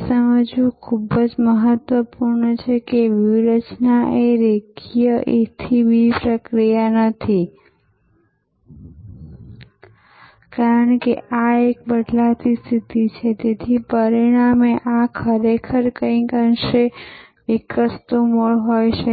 છે જેમ તમે જાણો છો કે હમણાં જ નવા અધ્યતન એરપોર્ટ બન્યા જેમાનું એક દિલ્લી અને એક મુંબઈ માં બન્યું છે તેનો કદાચ આંતરિક ભાગ હોય શકે અથવા તો વિશ્વ નું કોઈ પણ એરપોર્ટ હોય શકે